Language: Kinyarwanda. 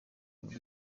muri